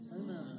Amen